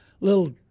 little